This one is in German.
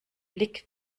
blick